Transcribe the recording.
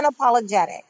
unapologetic